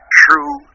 true